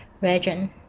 region